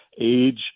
age